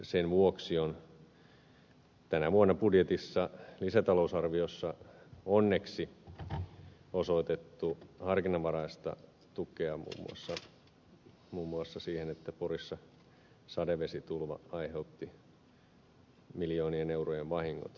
sen vuoksi on tänä vuonna lisätalousarviossa onneksi osoitettu harkinnanvaraista tukea muun muassa siihen että porissa sadevesitulva aiheutti miljoonien eurojen vahingot